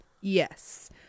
Yes